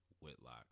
Whitlock